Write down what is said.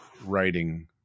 writing